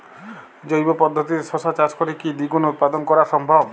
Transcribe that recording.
জৈব পদ্ধতিতে শশা চাষ করে কি দ্বিগুণ উৎপাদন করা সম্ভব?